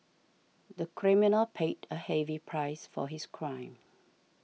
the criminal paid a heavy price for his crime